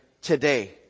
today